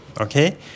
Okay